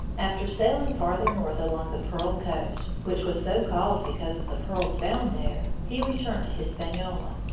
after sailing farther north along the pearl coast, which was so called because of the pearls found there, he returned to hispaniola.